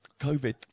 COVID